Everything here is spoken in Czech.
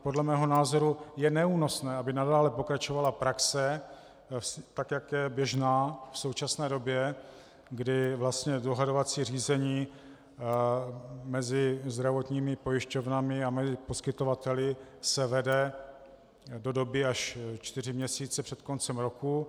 Podle mého názoru je neúnosné, aby nadále pokračovala praxe, tak jak je běžná v současné době, kdy vlastně dohadovací řízení mezi zdravotními pojišťovnami a poskytovateli se vede do doby až čtyři měsíce před koncem roku.